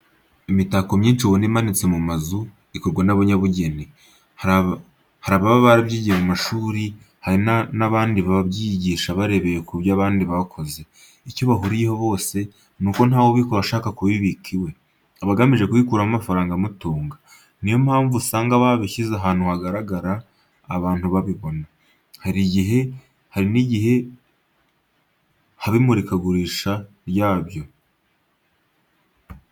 Imitako myinshi ubona imanitse mu mazu ikorwa n'abanyabugeni. Hari ababa barabyigiye mu mashuri, hari n'abandi babyiyigisha barebeye ku ibyo abandi bakoze. Icyo bahuriraho bose, ni uko ntawe ubikora ashaka kubibika iwe. Aba agamije kubikuramo amafaranga amutunga. Ni yo mpamvu usanga babishyize ahantu hagaragara abantu babibona. Hari n'igihe haba imurika gurisha ryabyo.